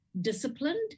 disciplined